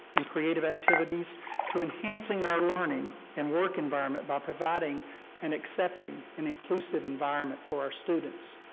and creative activities to enhancing our learning and work environment by providing an accepting and inclusive environment for our students,